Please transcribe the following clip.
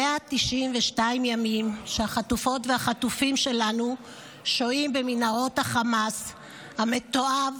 192 ימים שהחטופות והחטופים שלנו שוהים במנהרות החמאס המתועב,